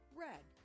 red